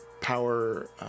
power